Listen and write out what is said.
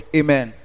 amen